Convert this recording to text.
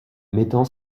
mettant